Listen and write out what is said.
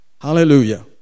hallelujah